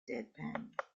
deadpanned